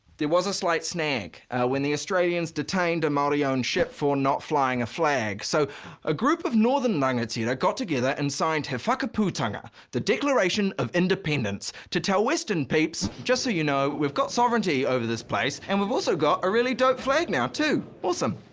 there was a slight snag when the australians detained a maori owned ship for not flying a flag. so a group of northern rangatira got together and signed he whakaputanga, the declaration of independence, to tell western peeps. just so you know, we've got sovereignty over this place and we've also got a really dope flag now too. awesome.